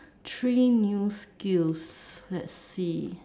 three new skills let's see